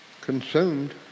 consumed